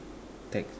ta~